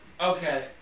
Okay